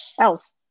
else